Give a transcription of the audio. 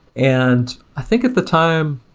and i think at the time,